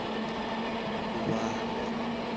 वाह